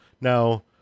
Now